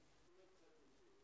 הישיבה.